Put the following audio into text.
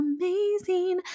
amazing